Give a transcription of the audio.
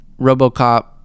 Robocop